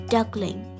Duckling